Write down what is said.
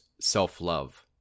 self-love